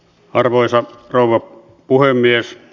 arvoisa rouva puhemies